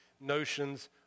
notions